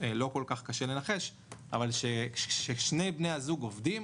וזה לא כל כך קשה לנחש, כששני בני הזוג עובדים